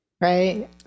Right